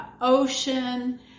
ocean